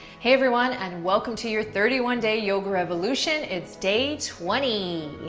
hey everyone and welcome to your thirty one day yoga revolution. it's day twenty.